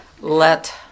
let